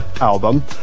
album